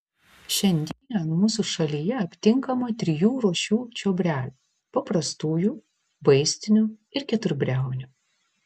šiandien mūsų šalyje aptinkama trijų rūšių čiobrelių paprastųjų vaistinių ir keturbriaunių